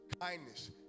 kindness